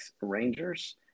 Rangers